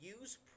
use